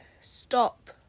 stop